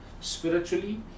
spiritually